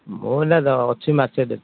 ମୁଁ ଏନା ଅଛି ମାସେଟେ ଛୁଟି